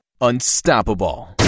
unstoppable